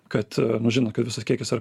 kad nu žinot kad visas kiekis yra